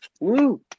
Woo